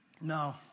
No